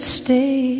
stay